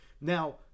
Now